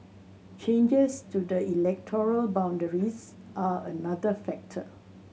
changes to the electoral boundaries are another factor